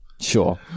Sure